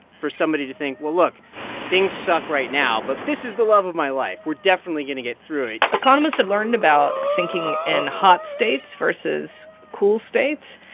for somebody to think, well, look things suck right now, but this is the love of my life. we're definitely going to get through it economists have learned about thinking in hot states versus cool states.